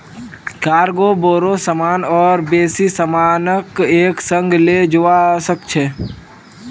cargo बोरो सामान और बेसी सामानक एक संग ले जव्वा सक छ